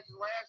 last